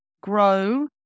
grow